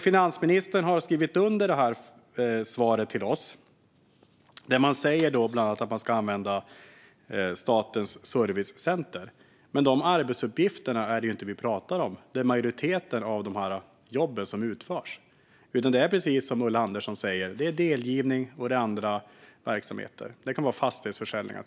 Finansministern har skrivit under svaret till oss, där det bland annat sägs att man ska använda statens servicecenter. Men det är inte de arbetsuppgifterna vi pratar om. Det är inte de som är majoriteten av de jobb som utförs, utan det är precis som Ulla Andersson säger: Det handlar om delgivning och andra verksamheter. Det kan till exempel vara fastighetsförsäljningar.